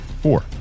Four